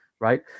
right